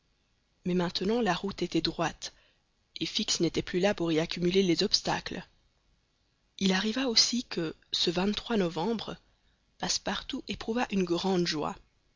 mais maintenant la route était droite et fix n'était plus là pour y accumuler les obstacles il arriva aussi que ce novembre passepartout éprouva une grande joie